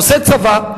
עושה צבא,